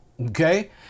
okay